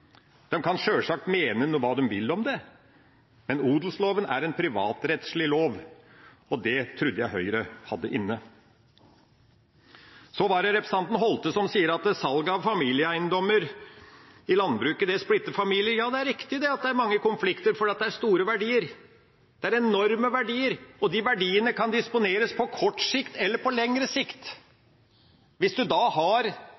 Det trodde jeg Høyre hadde inne. Så til representanten Holthe, som sier at salg av familieeiendommer i landbruket splitter familier. Ja, det er riktig at det er mange konflikter, for det er store verdier, det er enorme verdier, og de verdiene kan disponeres på kort sikt eller på lengre sikt. Hvis en da har